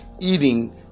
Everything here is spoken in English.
eating